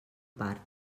part